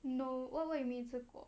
no wha~ what about you mean 一次过